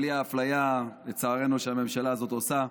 בלי האפליה שהממשלה הזאת עושה,